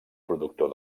productor